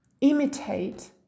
imitate